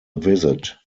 visit